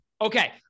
Okay